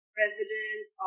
president